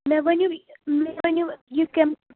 مےٚ ؤنِو مےٚ ؤنِو یہِ کم